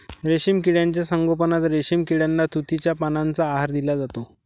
रेशीम किड्यांच्या संगोपनात रेशीम किड्यांना तुतीच्या पानांचा आहार दिला जातो